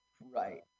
Right